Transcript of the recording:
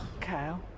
Kyle